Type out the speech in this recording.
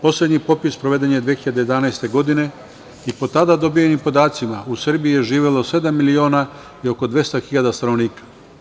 Poslednji popis sproveden je 2011. godine, i po tada dobijenim podacima u Srbiji je živelo sedam miliona i oko 200 hiljada stanovnika.